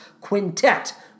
Quintet